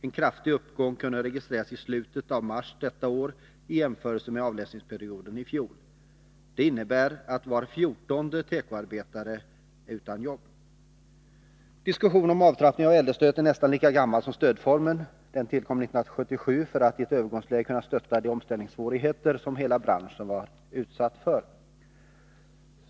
En kraftig uppgång kunde registreras i slutet av mars detta år i jämförelse med avläsningsperioden i fjol. Det innebär att var fjortonde tekoarbetare är utan jobb. Diskussionen om avtrappningen av äldrestödet är nästan lika gammal som stödformen. Den tillkom 1977 för att i ett övergångsläge kunna stötta de omställningssvårigheter som hela branschen var utsatt för.